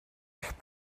eich